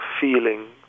feeling